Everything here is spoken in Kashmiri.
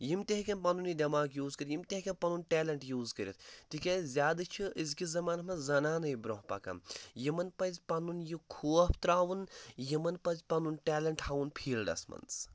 یِم تہِ ہیٚکن پَنُن یہِ دٮ۪ماغ یوٗز کٔرِتھ یِم تہِ ہیٚکن پَنُن ٹیلنٛٹ یوٗز کٔرِتھ تِکیازِ زیادٕ چھِ أزکِس زَمانَس منٛز زَنانٕے برونٛہہ پَکان یِمَن پَزِ پَنُن یہِ خوف ترٛاوُن یِمَن پَزِ پَنُن ٹیلنٛٹ ہاوُن فیٖلڈَس منٛز